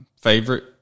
favorite